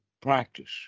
practice